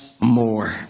more